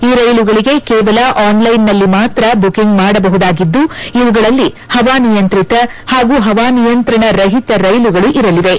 ಈ ರೈಲುಗಳಿಗೆ ಕೇವಲ ಆನ್ಲೈನ್ನಲ್ಲಿ ಮಾತ್ರ ಬುಕಿಂಗ್ ಮಾಡಬಹುದಾಗಿದ್ದು ಇವುಗಳಲ್ಲಿ ಹವಾನಿಯಂತ್ರಿತ ಹಾಗೂ ಹವಾನಿಯಂತ್ರಣ ರಹಿತ ರೈಲುಗಳು ಇರಲಿವೆ